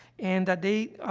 and that they, ah,